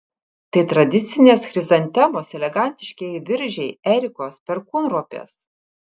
tai tradicinės chrizantemos elegantiškieji viržiai erikos perkūnropės